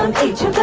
um teach